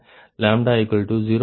36 Pg232 ஆகும்